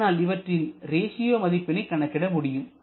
ஆனால் இவற்றின் ரேஷியோ மதிப்பினை கணக்கிட முடியும்